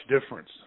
difference